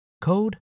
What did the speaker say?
code